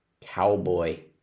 cowboy